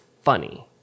funny